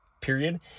period